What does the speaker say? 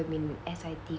could have been S_I_T